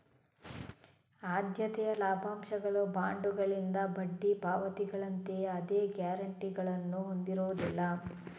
ಆದ್ಯತೆಯ ಲಾಭಾಂಶಗಳು ಬಾಂಡುಗಳಿಂದ ಬಡ್ಡಿ ಪಾವತಿಗಳಂತೆಯೇ ಅದೇ ಗ್ಯಾರಂಟಿಗಳನ್ನು ಹೊಂದಿರುವುದಿಲ್ಲ